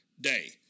day